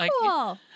Cool